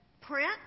print